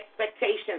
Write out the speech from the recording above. expectations